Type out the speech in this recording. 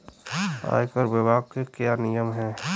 आयकर विभाग के क्या नियम हैं?